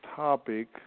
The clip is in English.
topic